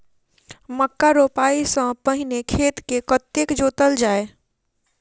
मक्का रोपाइ सँ पहिने खेत केँ कतेक जोतल जाए?